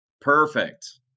Perfect